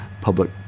public